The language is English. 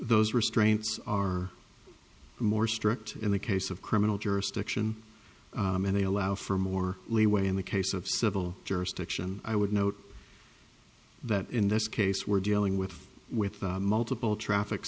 those restraints are more strict in the case of criminal jurisdiction and they allow for more leeway in the case of civil jurisdiction i would note that in this case we're dealing with with multiple traffic